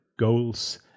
Goals